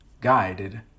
guided